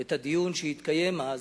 את הדיון שהתקיים אז,